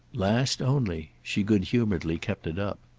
last only she good-humouredly kept it up.